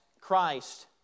Christ